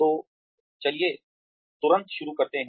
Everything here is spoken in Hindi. तो चलिए तुरंत शुरू करते हैं